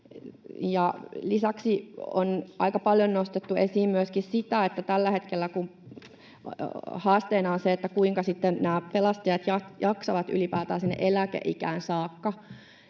Lisäksi on aika paljon nostettu esiin myöskin sitä, että tällä hetkellä haasteena on se, kuinka nämä pelastajat jaksavat ylipäätään sinne eläkeikään saakka